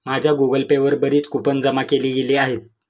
माझ्या Google Pay वर बरीच कूपन जमा केली गेली आहेत